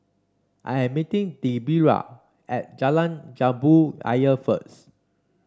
I am meeting Debera at Jalan Jambu Ayer first